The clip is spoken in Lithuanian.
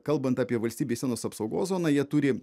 kalbant apie valstybės sienos apsaugos zoną jie turi